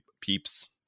peeps